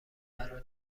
قرار